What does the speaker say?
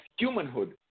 humanhood